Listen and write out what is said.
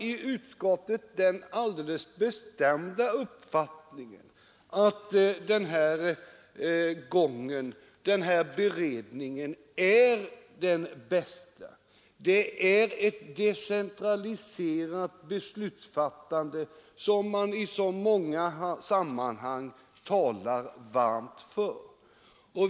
I utskottet har vi den alldeles bestämda uppfattningen att denna beredning är den bästa. Det är ett decentraliserat beslutsfattande som man i så många sammanhang talar varmt för.